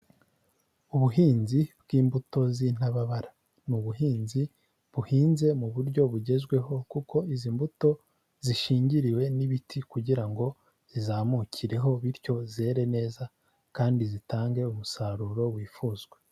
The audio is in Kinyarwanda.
Ubuhinzi bw'imbuto z'intababara, ni ubuhinzi buhinze mu buryo bugezweho, kuko izi mbuto zishingiriwe n'ibiti kugira zizamukireho, bityo zere neza kandi zitange umusaruro wifuzwa.